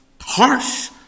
harsh